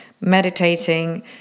meditating